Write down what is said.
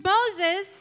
Moses